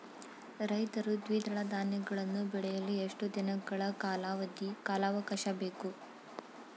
ರೈತರು ದ್ವಿದಳ ಧಾನ್ಯಗಳನ್ನು ಬೆಳೆಯಲು ಎಷ್ಟು ದಿನಗಳ ಕಾಲಾವಾಕಾಶ ಬೇಕು?